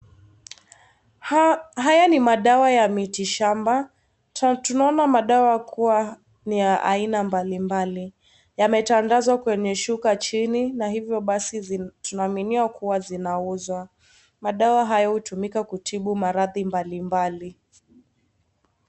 Haya ni madawa ya miti shamba. Tunaona madawa kuwa ni ya aina mbalimbali. Yametandazwa kwenye shuka chini na hivo basi tuna aminia kuwa zinauzwa. Madawa haya hutumika kutibu maradhi mbalimali.